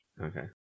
okay